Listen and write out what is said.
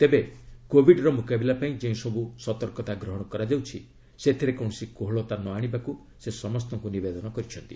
ତେବେ କୋବିଡ୍ର ମୁକାବିଲା ପାଇଁ ଯେଉଁସବୁ ସତର୍କତା ଗ୍ରହଣ କରାଯାଉଛି ସେଥିରେ କୌଣସି କୋହଳତା ନ ଆଶିବାକୁ ସେ ସମସ୍ତଙ୍କୁ ନିବେଦନ କରିଛନ୍ତି